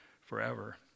forever